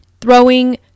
throwing